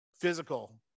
physical